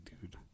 dude